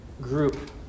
group